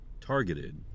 targeted